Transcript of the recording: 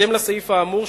בהתאם לסעיף האמור,